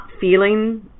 feeling